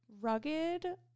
rugged